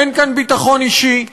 אין כאן ביטחון אישי.